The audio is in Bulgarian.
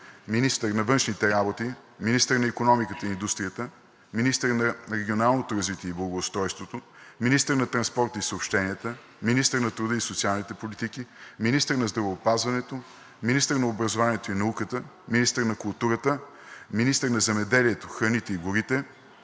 министър на външните работи; - министър на икономиката и индустрията; - министър на регионалното развитие и благоустройството; - министър на транспорта и съобщенията; - министър на труда и социалната политика; - министър на здравеопазването; - министър на образованието и науката; - министър на културата; - министър на земеделието, храните и горите;